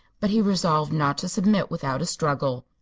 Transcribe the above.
but he resolved not to submit without a struggle.